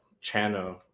channel